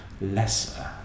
lesser